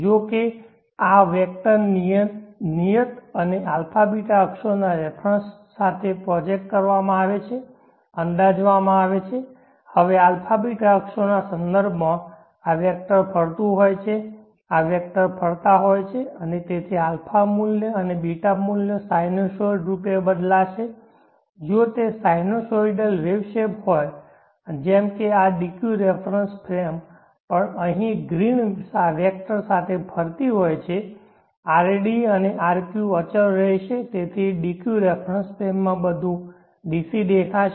જો કે જો આ વેક્ટરને નિયત અને αβ અક્ષોના રેફરન્સ સાથે પ્રોજેક્ટ કરવામાં આવે છે અંદાજવામાં આવે છે હવે αβ અક્ષોના સંદર્ભમાં આ વેક્ટર ફરતું હોય છે આ વેક્ટર ફરતા હોય છે અને તેથી α મૂલ્ય અને β મૂલ્ય સાઇનોસોઈડ રૂપે બદલાશે જો તે સાઇનોસોઈડલ વેવ શેપ હોય અને જેમ કે આ dq રેફરન્સ ફ્રેમ પણ અહીં ગ્રીન વેક્ટર સાથે ફરતી હોય છે rd અને rq અચલ રહેશે અને તેથી dq રેફરન્સ ફ્રેમમાં બધું DC દેખાશે